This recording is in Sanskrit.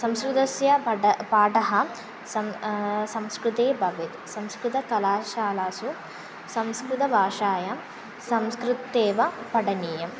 संस्कृतस्य पट पाठः सं संस्कृते भवेत् संस्कृतकलाशालासु संस्कृतभाषायां संस्कृते एव पठनीयम्